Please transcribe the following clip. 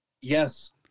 yes